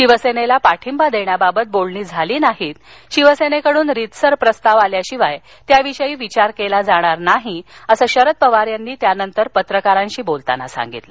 शिवसेनेला पाठिंबा देण्याबाबत बोलणी झाली नाहीत शिवसेनेकडून रितसर प्रस्ताव आल्याशिवाय त्याविषयी विचार केला जाणार नाही असं शरद पवार यांनी त्यानंतर पत्रकारांशी बोलताना सांगितलं